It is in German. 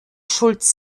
schulz